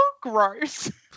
gross